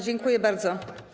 Dziękuję bardzo.